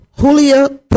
Julia